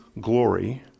glory